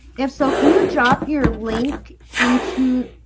if so, can you drop your link into?